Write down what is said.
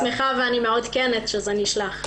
אני שמחה ואני מעודכנת שזה נשלח.